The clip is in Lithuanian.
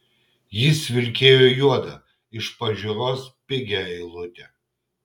jis vilkėjo juoda iš pažiūros pigia eilute